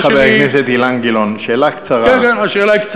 השאלה שלי,